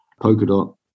Polkadot